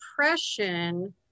depression